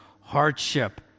hardship